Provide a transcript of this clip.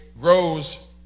grows